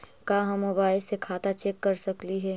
का हम मोबाईल से खाता चेक कर सकली हे?